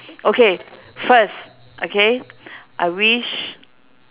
okay first okay I wish